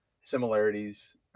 similarities